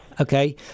Okay